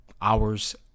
hours